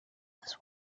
his